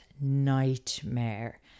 nightmare